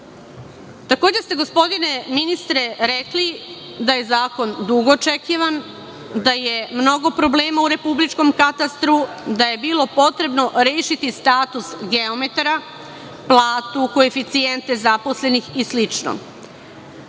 ste, gospodine ministre, rekli da je zakon dugo očekivan, da je mnogo problema u Republičkom katastru, da je bilo potrebno rešiti status geometara, platu, koeficijente zaposlenih i